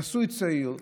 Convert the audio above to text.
נשוי צעיר.